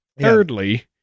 Thirdly